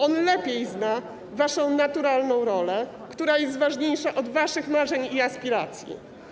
On lepiej zna waszą naturalną rolę, która jest ważniejsza od waszych marzeń i aspiracji.